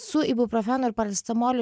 su ibuprofenu ir paracetamoliu